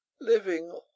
living